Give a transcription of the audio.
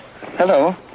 Hello